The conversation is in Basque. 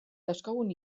dauzkagun